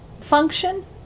function